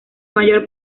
mayor